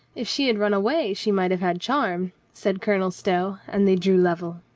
if she had run away she might have had charm, said colonel stow, and they drew level.